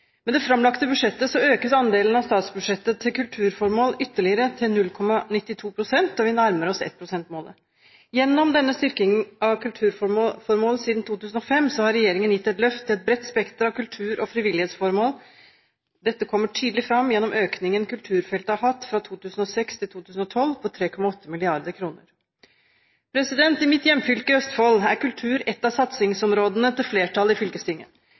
Med det framlagte budsjettet økes andelen av statsbudsjettet til kulturformål ytterligere, til 0,92 pst., og vi nærmer oss 1 pst.-målet. Gjennom styrkingen av kulturformål siden 2005 har regjeringen gitt et løft til et bredt spekter av kultur- og frivillighetsformål. Dette kommer tydelig fram gjennom økningen kulturfeltet har hatt fra 2006 til 2012 på 3,8 mrd. kr. I mitt hjemfylke, Østfold, er kultur et av satsingsområdene til flertallet i fylkestinget.